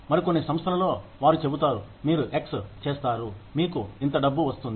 మరికొన్ని సంస్థలలో వారు చెబుతారు మీరు సెక్స్ చేస్తారు మీకు ఇంత డబ్బు వస్తుంది